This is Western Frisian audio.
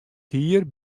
hier